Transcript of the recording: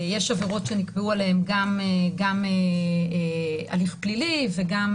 יש עבירות שנקבעו עליהן גם הליך פלילי וגם